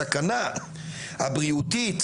הסכנה הבריאותית,